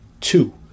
two